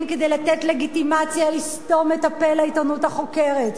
לתת לגיטימציה לסתום את הפה לעיתונות החוקרת,